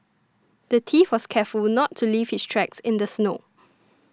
the thief was careful would not to leave his tracks in the snow